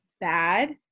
bad